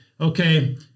okay